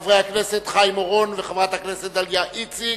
חבר הכנסת חיים אורון וחברת הכנסת דליה איציק.